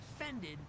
offended